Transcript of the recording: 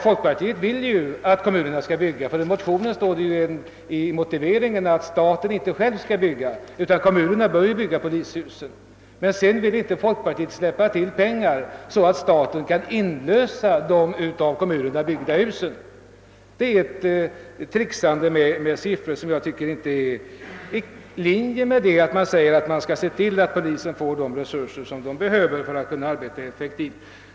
Folkpartiet vill att kommunerna skall bygga polishusen — i motiveringen i motionen står det att staten inte själv skall bygga dem. Men sedan vill folkpartiet inte släppa till pengar så att staten kan lösa in de av kommunerna byggda husen. Det är ett »trixande» med siffror som inte är i linje med vad folkpartiet säger om att man skall se till att polisen får de resurser den behöver för att kunna arbeta effektivt.